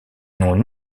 n’ont